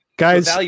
Guys